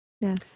Yes